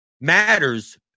matters